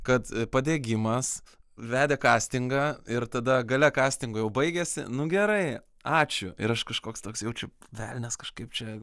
kad padegimas vedė kastingą ir tada gale kastingo jau baigėsi nu gerai ačiū ir aš kažkoks toks jau čia velnias kažkaip čia